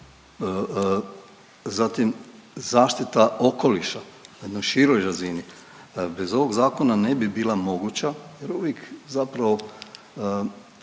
zatim zaštita okoliša na jednoj široj razini bez ovog zakona ne bi bila moguća jer uvijek zapravo